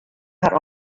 har